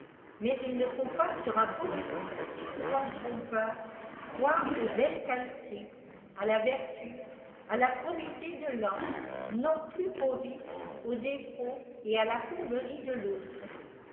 mais il ne faut pas sur un pronostic si souvent trompeur croire aux belljes qualités à la vertu à la probité de l'un non plus qu'aux vices aux défauts et à la fourberie de l'autre